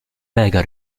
lega